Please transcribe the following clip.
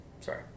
Sorry